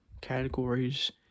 categories